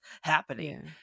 happening